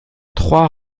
trois